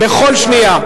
בכל שנייה.